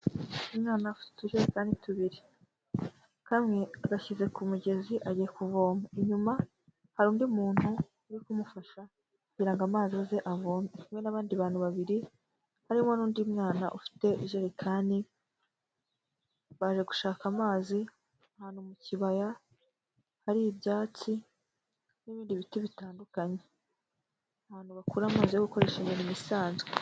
Umwana afite utujerekani tubiri, kamwe agashyize ku mugezi ajyiye kuvoma, inyuma hari undi muntu uri kumufasha kugira ngo amazi aze avome, hamwe n'abandi bantu babiri, harimo n'undi mwana ufite ijerekani, baje gushaka amazi ahantu mu kibaya hari ibyatsi, n'ibindi biti bitandukanye, ahantu bakura amazi yo gukoresha imirimo isanzwe.